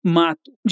mato